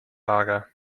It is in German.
lager